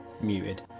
muted